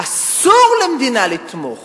אסור למדינה לתמוך